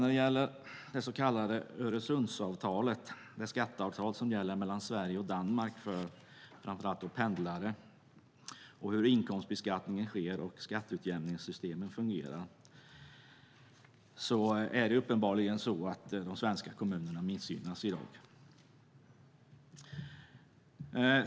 När det gäller det så kallade Öresundsavtalet, det skatteavtal som gäller mellan Sverige och Danmark för pendlare, hur inkomstbeskattningen sker och hur skatteutjämningssystemen fungerar, innebär dagens avtal uppenbarligen att de svenska kommunerna missgynnas.